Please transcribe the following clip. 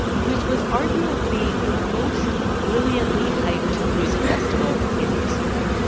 which was arguably the most brilliantly hyped music festival in history.